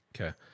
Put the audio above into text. Okay